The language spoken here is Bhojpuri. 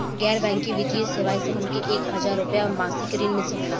गैर बैंकिंग वित्तीय सेवाएं से हमके एक हज़ार रुपया क मासिक ऋण मिल सकेला?